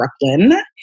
Brooklyn